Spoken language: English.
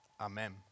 amen